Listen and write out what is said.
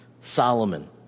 Solomon